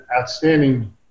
outstanding